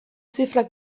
zifra